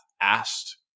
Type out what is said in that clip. asked